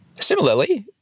Similarly